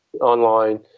online